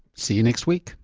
see you next week